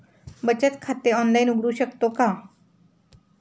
बचत खाते ऑनलाइन उघडू शकतो का?